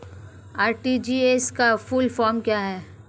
RTGS का full form क्या है?